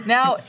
Now